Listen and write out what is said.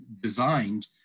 designed